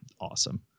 awesome